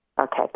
Okay